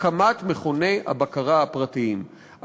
הקמת מכוני הבקרה הפרטיים.